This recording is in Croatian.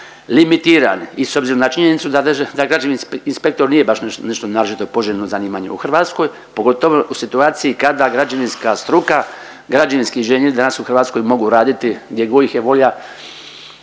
limitirani i s obzirom na činjenicu da građevinski inspektor nije baš nešto naročito poželjno zanimanje u Hrvatskoj pogotovo u situaciji kada građevinska struka, građevinski inženjeri danas u Hrvatskoj mogu raditi gdje god ih je volja,